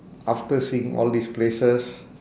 after seeing all these places